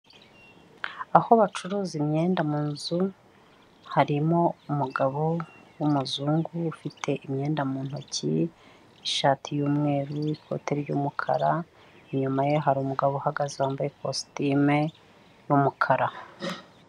Aho bacuruza imyenda mu nzu harimo umugabo w'umuzungu ufite imyenda mu ntoki ishati y'umweru n'ikoti ry'umukara inyuma ye hari umugabo uhagaze wambaye ikositimu y'umukara.